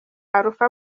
alpha